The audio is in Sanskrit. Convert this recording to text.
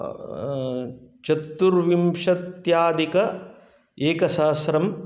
चतुर्विंशत्यधिक एकसहस्रं